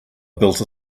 built